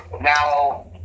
Now